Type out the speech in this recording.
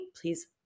please